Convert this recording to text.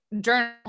journal